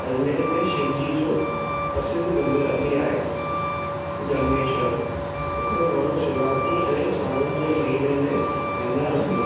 अजमेर में शिवजी जो प्रसिद्ध मंदर बि आहे जगनेश्वर उते माण्हू शिवरात्री ऐं सावण जे महीने में वेंदा आहिनि